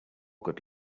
good